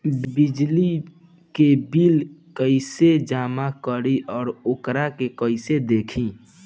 बिजली के बिल कइसे जमा करी और वोकरा के कइसे देखी?